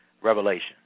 Revelation